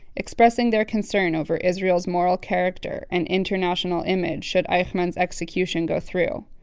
expressing their concern over israel's moral character and international image should eichmann's execution go through.